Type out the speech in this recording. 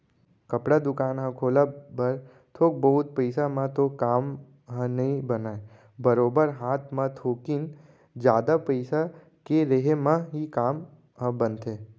कपड़ा दुकान ह खोलब बर थोक बहुत पइसा म तो काम ह नइ बनय बरोबर हात म थोकिन जादा पइसा के रेहे म ही काम ह बनथे